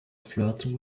flirting